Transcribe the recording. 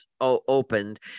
opened